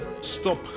Stop